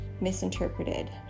misinterpreted